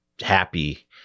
happy